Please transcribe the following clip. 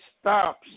stops